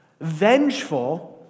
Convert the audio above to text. vengeful